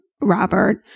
Robert